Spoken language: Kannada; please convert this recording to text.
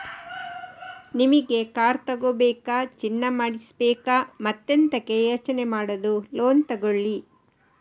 ನಿಮಿಗೆ ಕಾರ್ ತಗೋಬೇಕಾ, ಚಿನ್ನ ಮಾಡಿಸ್ಬೇಕಾ ಮತ್ತೆಂತಕೆ ಯೋಚನೆ ಮಾಡುದು ಲೋನ್ ತಗೊಳ್ಳಿ